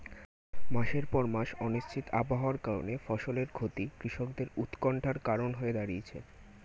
মাসের পর মাস অনিশ্চিত আবহাওয়ার কারণে ফসলের ক্ষতি কৃষকদের উৎকন্ঠার কারণ হয়ে দাঁড়িয়েছে